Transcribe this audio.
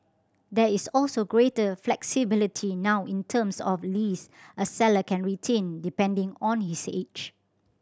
there is also greater flexibility now in terms of lease a seller can retain depending on his age